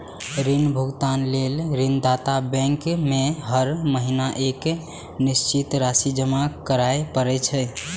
ऋण भुगतान लेल ऋणदाता बैंक में हर महीना एक निश्चित राशि जमा करय पड़ै छै